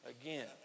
again